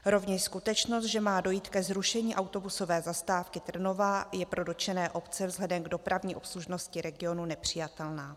Rovněž skutečnost, že má dojít ke zrušení autobusové zastávky Trnová, je pro dotčené obce vzhledem k dopravní obslužnosti regionu nepřijatelná.